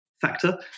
factor